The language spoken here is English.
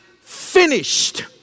finished